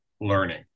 learning